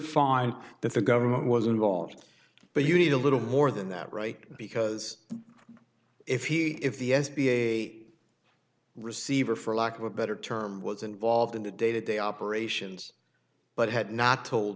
that the government was involved but you need a little more than that right because if he if the s b a receiver for lack of a better term was involved in the day to day operations but had not told